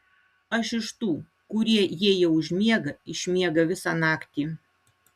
aš iš tų kurie jei jau užmiega išmiega visą naktį